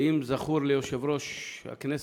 ואם זכור ליושב-ראש הכנסת,